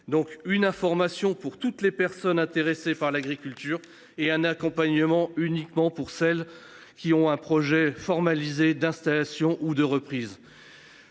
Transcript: : une information pour toutes les personnes intéressées par l’agriculture et un accompagnement uniquement pour celles qui ont un projet formalisé d’installation ou de reprise.